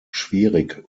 schwierig